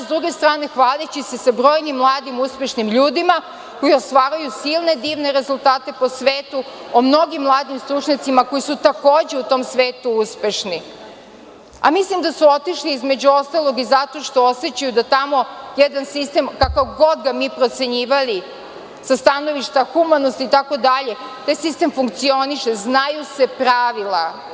S druge strane, hvaleći se sa brojnim mladim uspešnim ljudima koji ostvaruju silne divne rezultate po svetu, o mnogim mladim stručnjacima koji su takođe u tom svetu uspešni, a mislim da su otišli između ostalog i zato što osećaju da tamo jedan sistem, kako god ga mi procenjivali sa stanovišta humanosti itd, taj sistem funkcioniše, znaju se pravila.